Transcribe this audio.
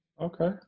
Okay